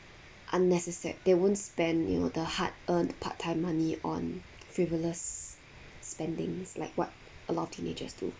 unnecessa~ they won't spend you know the hard earned part-time money on frivolous spendings like what a lot of teenagers do